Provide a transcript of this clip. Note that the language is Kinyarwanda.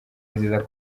nziza